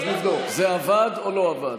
זה עבד או לא עבד?